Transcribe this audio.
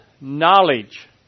knowledge